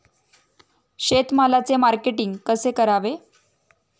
शेतमालाचे मार्केटिंग कसे करावे?